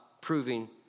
proving